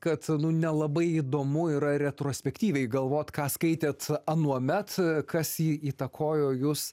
kad nelabai įdomu yra retrospektyviai galvot ką skaitėt anuomet kas į įtakojo jus